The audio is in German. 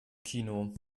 kino